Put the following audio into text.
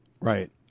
Right